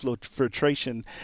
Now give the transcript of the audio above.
filtration